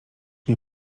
nie